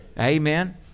Amen